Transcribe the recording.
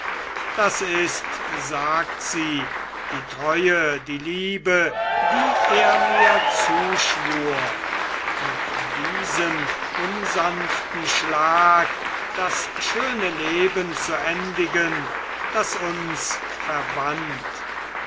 das ist sagt sie die treue die liebe die er mir zuschwur mit diesem unsanften schlag das schöne leben zu endigen das uns verband